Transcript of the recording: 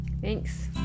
Thanks